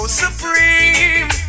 supreme